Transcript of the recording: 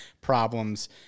problems